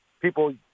People